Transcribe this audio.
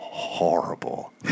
horrible